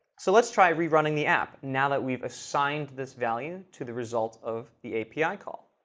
so let's try rerunning the app, now that we've assigned this value to the results of the api call.